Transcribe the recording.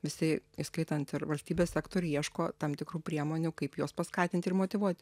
visi įskaitant ir valstybės sektorių ieško tam tikrų priemonių kaip juos paskatinti ir motyvuot